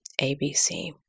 ABC